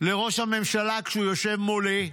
לראש הממשלה, כשהוא יושב מולי.